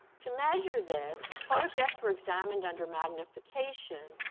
to measure this, photographs were examined under magnification,